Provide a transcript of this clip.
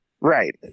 right